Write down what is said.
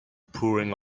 pouring